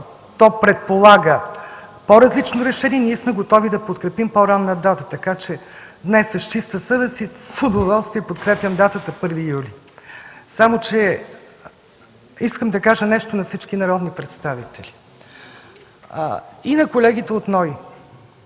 той предполага по-различно решение, ние сме готови да подкрепим по-ранна дата. Така че днес с чиста съвест и с удоволствие подкрепям датата 1 юли. Искам да кажа нещо на всички народни представители и на колегите от НОИ.